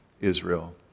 Israel